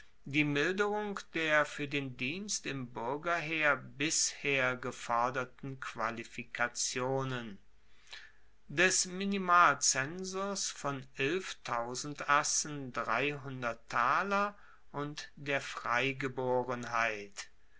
die milderung der fuer den dienst im buergerheer bisher geforderten qualifikationen des minimalzensus von assen und der